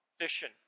vision